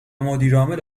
مدیرعامل